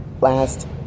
last